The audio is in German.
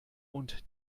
und